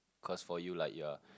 cause for you lah you are